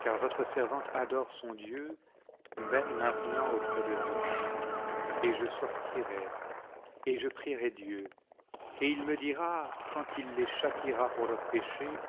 car votre servante adore son dieu même maintenant auprès de vous et je sortirai et je prierai dieu et il me dira quand il les châtiera four leurs péchés